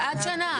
עד שנה.